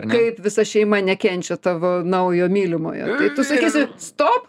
kaip visa šeima nekenčia tavo naujo mylimojo tai tu sakysi stop